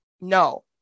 no